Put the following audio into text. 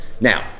Now